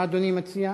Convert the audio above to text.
מה אדוני מציע?